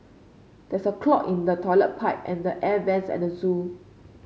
there's a clog in the toilet pipe and the air vents at the zoo